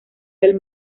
del